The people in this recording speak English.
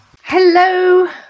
hello